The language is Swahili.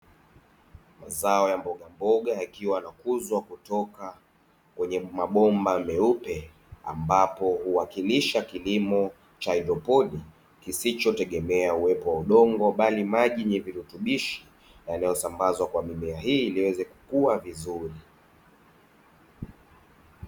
Mazao ya mbogamboga yakiwa yanakuzwa kutoka kwenye mabomba meupe ambapo huwakilisha kilimo cha haidroponi kisichotegemea uwepo wa udongo bali maji yenye virutubishi yanayosambazwa kwa mimea hii ili yaweze kukua vizuri.